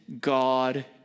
God